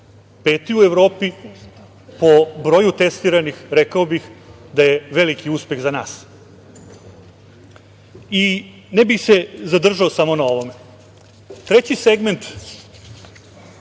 Peti u Evropi po broju testiranih, rekao bih da je veliki uspeh za nas. Ne bih zadržao samo na ovome, treći segment